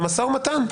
למשא ומתן.